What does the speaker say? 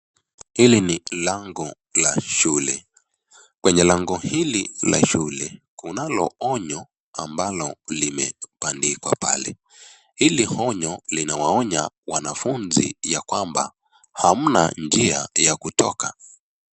Hili ni lango la shule. Kwenye lango hili la shule kunalo onyo ambalo limebandikwa pale. Hili onyo linawaonya wanafuzi ya kwamba hamna njia ya kutoka.